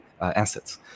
assets